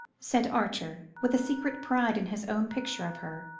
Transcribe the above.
said archer, with a secret pride in his own picture of her.